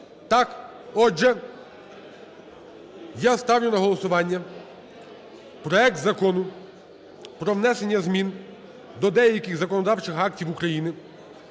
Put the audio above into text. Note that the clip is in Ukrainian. Так, отже, я ставлю на голосування проект Закону про внесення змін до деяких законодавчих актів України